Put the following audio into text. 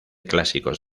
clásicos